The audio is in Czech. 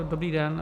Dobrý den.